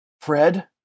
Fred